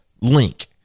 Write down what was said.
Link